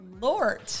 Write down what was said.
Lord